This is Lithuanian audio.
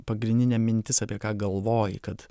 pagrindinė mintis apie ką galvoji kad